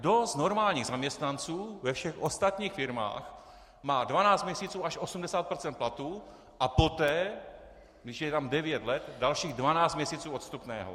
Kdo z normálních zaměstnanců ve všech ostatních firmách má dvanáct měsíců až 80 % platu a poté, když je tam devět let, dalších dvanáct měsíců odstupného?